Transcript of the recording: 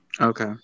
Okay